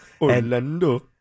Orlando